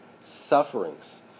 sufferings